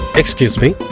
excuse me